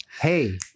Hey